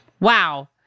Wow